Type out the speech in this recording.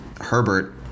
Herbert